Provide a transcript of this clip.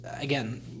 again